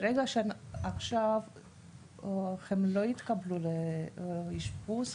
ברגע שעכשיו הם לא יתקבלו לאשפוז,